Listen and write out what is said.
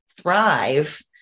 thrive